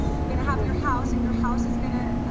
you're gonna have your house and your house is gonna,